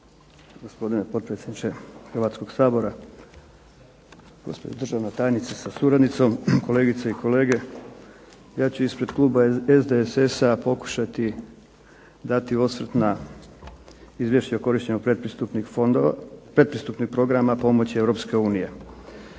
Gospodine potpredsjedniče Hrvatskog sabora, gospođo državna tajnice sa suradnicom, kolegice i kolege. Ja ću ispred kluba SDSS-a pokušati dati osvrt na Izvješće o korištenju predpristupnih programa pomoći EU za